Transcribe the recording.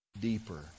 deeper